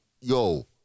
yo